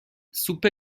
سوپ